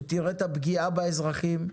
שתראה את הפגיעה באזרחים.